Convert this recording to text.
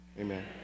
Amen